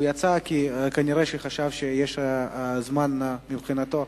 הוא יצא, כי כנראה חשב שיש זמן מבחינתו.